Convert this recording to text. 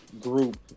group